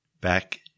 back